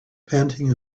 panting